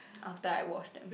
after I wash them